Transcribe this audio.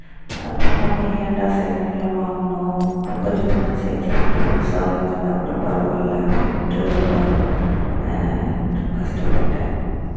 அப்புறமா தான் ஏன்டா செகனெண்டில் வாங்குனோம் கொஞ்ச பணம் சேர்த்துப்போட்டு புதுசாக வாங்கியிருந்தாகூட பரவாயில்ல அப்படின்ட்டு ரொம்ப கஷ்டப்பட்டேன்